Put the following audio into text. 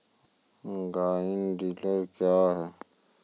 Garden tiller क्या हैं?